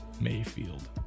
Mayfield